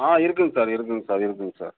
ஆ இருக்குங்க சார் இருக்குங்க சார் இருக்குங்க சார்